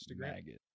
Instagram